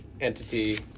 entity